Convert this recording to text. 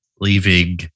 leaving